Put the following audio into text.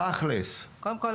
קודם כול,